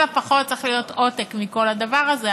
הפחות צריך להיות עותק מכל הדבר הזה,